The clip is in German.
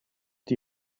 die